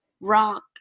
rock